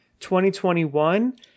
2021